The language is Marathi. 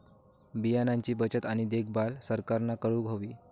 बियाणांची बचत आणि देखभाल सरकारना करूक हवी